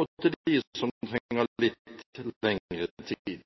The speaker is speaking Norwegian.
og dem som trenger litt lengre tid. Så har jeg lyst til